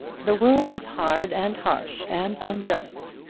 the world is hard, and harsh, and unjust,